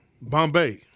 Bombay